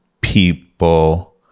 people